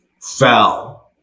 fell